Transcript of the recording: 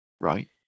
Right